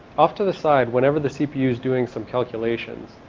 off to the side whenever the cpu is doing some calculations,